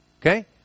Okay